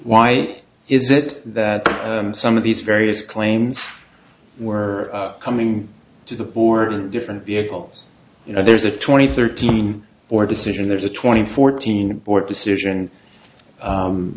why is it that some of these various claims were coming to the board in different vehicles you know there's a twenty thirteen or decision there's a twenty fourteen aboard decision